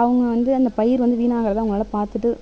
அவங்க வந்து அந்த பயிர் வந்து வீணாவதை அவங்களால பார்த்துட்டு